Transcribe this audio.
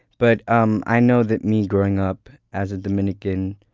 but um i know that me growing up as a dominican,